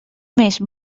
més